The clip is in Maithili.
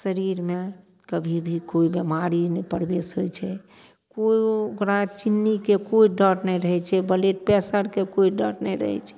शरीरमे कभी भी कोइ बीमारी नहि प्रवेश होइ छै कोइ ओकरा चिन्नीके कोइ डर नहि रहय छै ब्लड प्रेशरके कोइ डर नहि रहय छै